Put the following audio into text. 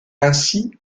ainsi